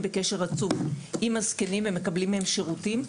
עם הזקנים בקשר רצוף ומקבלים מהם שירותים.